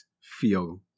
feel